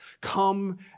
come